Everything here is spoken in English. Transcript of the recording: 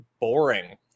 boring